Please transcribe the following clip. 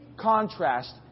contrast